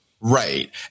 Right